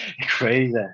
Crazy